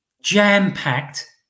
jam-packed